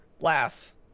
laugh